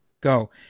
go